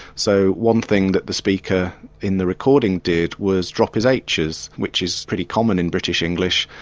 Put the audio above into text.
so one thing that the speaker in the recording did was drop his aitches, which is pretty common in british english.